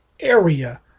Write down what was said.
area